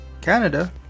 canada